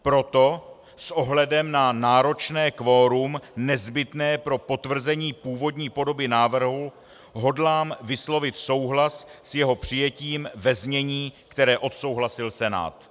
Proto s ohledem na náročné kvorum nezbytné pro potvrzení původní podoby návrhu hodlá vyslovit souhlas s jeho přijetím ve znění, které odsouhlasil Senát.